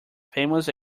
famous